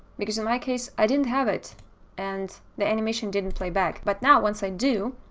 because in my case i didn't have it and the animation didn't playback. but now once i do,